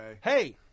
hey